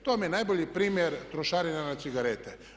To vam je najbolji primjer trošarina na cigarete.